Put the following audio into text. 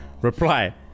Reply